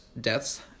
deaths